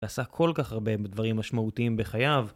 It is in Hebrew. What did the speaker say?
הוא עשה כל כך הרבה דברים משמעותיים בחייו